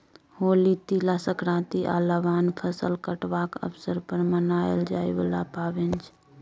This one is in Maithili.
होली, तिला संक्रांति आ लबान फसल कटबाक अबसर पर मनाएल जाइ बला पाबैन छै